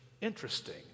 Interesting